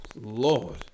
Lord